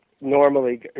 normally